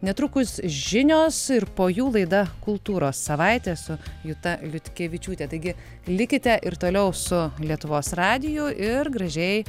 netrukus žinios ir po jų laida kultūros savaitė su juta liutkevičiūte taigi likite ir toliau su lietuvos radiju ir gražiai